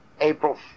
April